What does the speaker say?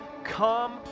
Come